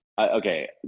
okay